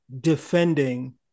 defending